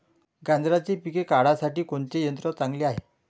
गांजराचं पिके काढासाठी कोनचे यंत्र चांगले हाय?